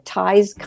ties